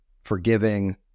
forgiving